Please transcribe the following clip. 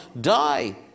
Die